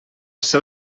seu